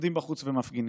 עומדים בחוץ ומפגינים.